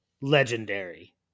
legendary